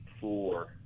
four